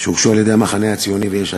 שהוגשו על-ידי המחנה הציוני ויש עתיד,